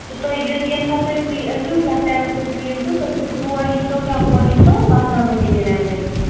تُہۍ ییٚمہِ ساتہٕ تُہۍ فرٛی ٲسِو یَتھ ٹایمَس تُہۍ فرٛی ٲسِو تُہۍ ہیٚکِو ہور ییٖتو یا ہور ییٖتو بہٕ آسہٕ دۄنؤنی جاین ایولیبل